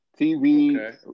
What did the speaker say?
tv